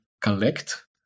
collect